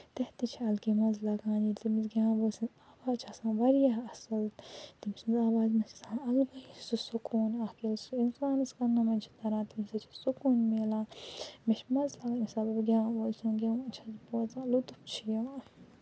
تَتہِ تہِ چھُ اَلگٕے منٛز لَگان ییٚلہِ تِم أسۍ گٮ۪وَن وٲلۍ سٕنٛز آواز چھِ آسان واریاہ اَصٕل تٔمۍ سٕنٛز آوازِ منٛز چھُ آسان اَلگٕے سُہ سکوٗن اَکھ ییٚلہِ سُہ اِنسانَس وَنٕناوان چھُ تَمہِ سۭتۍ چھُ سکوٗن میلان مےٚ چھُ مَزٕ لَگان ییٚمہِ ساتہٕ بہٕ گٮ۪ون وٲلۍ سُنٛد گٮ۪وُن چھَس بوزان لُطُف چھُ یِوان